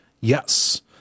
Yes